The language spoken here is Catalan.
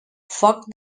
foc